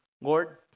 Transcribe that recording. Lord